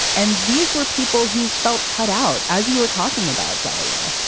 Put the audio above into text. and these were people who felt cut out as you were talking about, dalia,